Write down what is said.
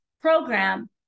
program